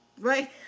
right